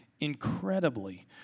incredibly